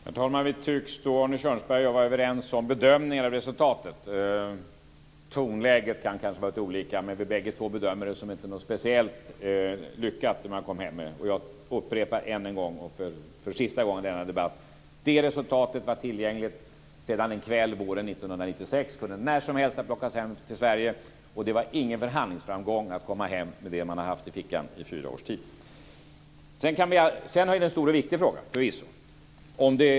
Herr talman! Arne Kjörnsberg och jag tycks vara överens om bedömningen av resultatet. Tonläget kan kanske vara lite olika, men vi bedömer båda det resultat man kom hem med som inte speciellt lyckat. Jag upprepar än en gång, för sista gången denna debatt: Det resultatet var tillgängligt sedan en kväll våren 1996. Det kunde när som helst ha plockats hem till Sverige. Det var ingen förhandlingsframgång att komma hem med det man haft i fickan i fyra års tid. Sedan har vi förvisso den stora och viktiga frågan.